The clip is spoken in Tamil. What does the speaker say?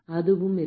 அதுவும் இருக்கும்